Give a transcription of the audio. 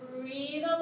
breathe